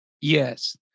Yes